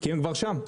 כי הן כבר שם.